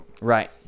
Right